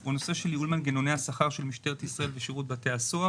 הוא נושא של ייעול מנגנוני השכר של משטרת ישראל ושירות בתי הסוהר.